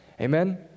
amen